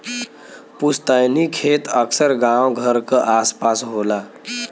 पुस्तैनी खेत अक्सर गांव घर क आस पास होला